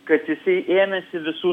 kad jisai ėmėsi visų